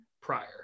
prior